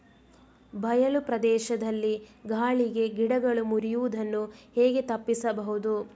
ಬಯಲು ಪ್ರದೇಶದಲ್ಲಿ ಗಾಳಿಗೆ ಗಿಡಗಳು ಮುರಿಯುದನ್ನು ಹೇಗೆ ತಪ್ಪಿಸಬಹುದು?